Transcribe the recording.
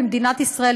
במדינת ישראל,